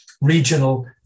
regional